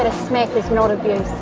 ah smack is not abuse.